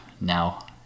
now